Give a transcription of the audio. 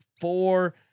four